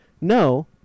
no